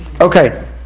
Okay